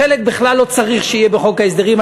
חלק בכלל לא צריך להיות בחוק ההסדרים.